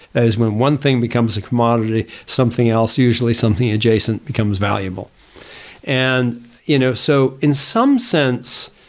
it is one thing becomes a commodity, something else usually something adjacent becomes valuable and you know so in some sense,